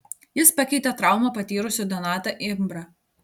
jis pakeitė traumą patyrusį donatą imbrą